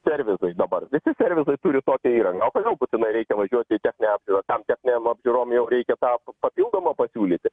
servisai dabar visi servisai turi tokią įrangą o kodėl būtinai reikia važiuoti į techninę apžiūrą tam techninėm apžiūrom jau reikia tą p papildomo pasiūlyti